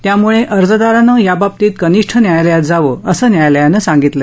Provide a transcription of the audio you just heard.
त्यामुळे अर्जदारानं याबाबतीत कनिष्ठ न्यायालयात जावं असं न्यायालयानं सांगितलं